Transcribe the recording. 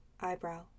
eyebrow